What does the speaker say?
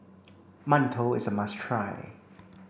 Mantou is a must try